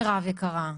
מרב יקרה,